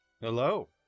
Hello